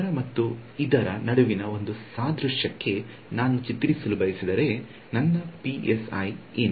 ಇದರ ಮತ್ತು ಇದರ ನಡುವಿನ ಒಂದು ಸಾದೃಶ್ಯಕ್ಕೆ ನಾನು ಚಿತ್ರಿಸಲು ಬಯಸಿದರೆ ನನ್ನ ಪಿಎಸ್ಐ ಏನು